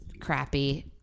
crappy